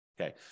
Okay